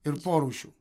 ir porūšių